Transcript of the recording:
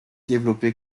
développée